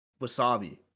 wasabi